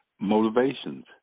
motivations